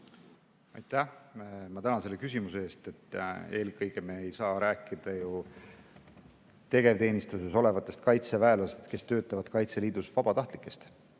Ma tänan selle küsimuse eest! Eelkõige ei saa me rääkida ju tegevteenistuses olevatest kaitseväelastest, kes töötavad Kaitseliidus, vabatahtlikest.